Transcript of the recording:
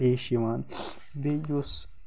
پیش یِوان بیٚیہِ یُس